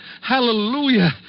Hallelujah